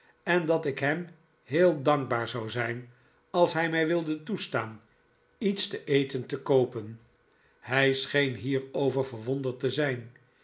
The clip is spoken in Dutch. en dat ik hem heel dankb'aar zou zijn als hij mij wilde toestaan iets te eten te koopen hij scheen hierover verwonderd te zijn